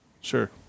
sure